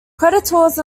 creditors